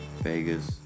Vegas